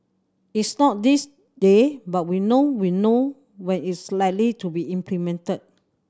it's not this day but now we know we know when it's likely to be implemented